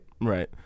right